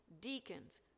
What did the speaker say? deacons